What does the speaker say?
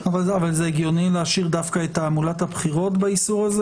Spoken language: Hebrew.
הגיוני להשאיר דווקא את תעמולת הבחירות באיסור הזה?